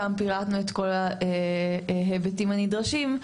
שם פירטנו את כל ההיבטים הנדרשים.